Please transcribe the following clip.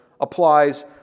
applies